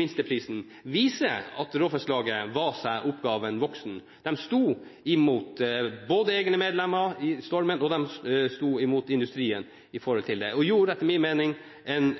minsteprisen viser at Råfisklaget var seg oppgaven voksen. I stormen sto de imot både egne medlemmer og industrien, og de gjorde etter min mening en